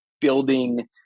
building